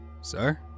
Sir